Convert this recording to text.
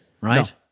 right